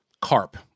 carp